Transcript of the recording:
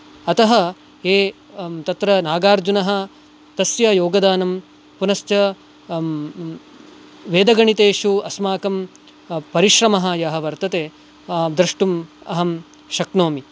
अतः ये तत्र नागार्जुनः तस्य योगदानं पुनश्च वेदगणितेषु अस्माकं परिश्रमः यः वर्तते द्रष्टुम् अहं शक्नोमि